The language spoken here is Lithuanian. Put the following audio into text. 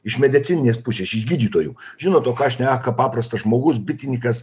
iš medicininės pusės iš gydytojų žinot o ką šneka paprastas žmogus bitininkas